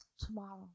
tomorrow